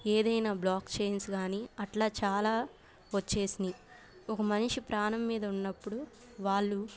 లేదా ఏదైనా blockchains కానీ అట్లా చాలా వచ్చేసినాయి ఒక మనిషి ప్రాణం మీద ఉన్నప్పుడు వాళ్ళు